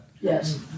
Yes